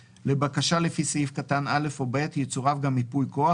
לבקשה לפי סעיף קטן (א) או (ב) יצורף גם ייפוי כוח,